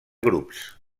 grups